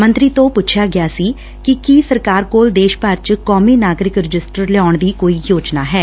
ਮੰਤਰੀ ਤੋਂ ਪੁੱਛਿਆ ਗਿਆ ਸੀ ਕਿ ਸਰਕਾਰ ਕੋਲ ਦੇਸ਼ ਭਰ ਚ ਕੌਮੀ ਨਾਗਰਿਕ ਰਜਿਸਟਰ ਲਿਆਉਣ ਦੀ ਕੋਈ ਯੋਜਨਾ ਐ